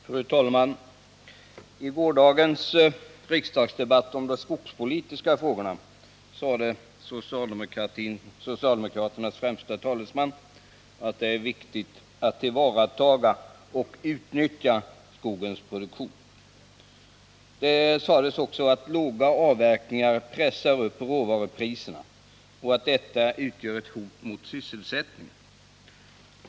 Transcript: Fru talman! I gårdagens riksdagsdebatt om de skogspolitiska frågorna sade socialdemokraternas främste talesman att det är viktigt att tillvarata och utnyttja skogens produktion. Det sades också att låga avverkningar pressar upp råvarupriserna och att detta utgör ett hot mot sysselsättningen.